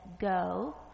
go